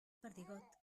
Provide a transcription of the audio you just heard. perdigot